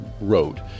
wrote